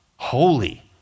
holy